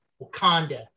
Wakanda